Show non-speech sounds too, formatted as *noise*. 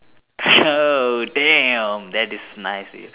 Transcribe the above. *noise* oh damn that is nice with